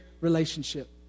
relationship